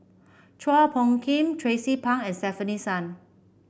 Chua Phung Kim Tracie Pang and Stefanie Sun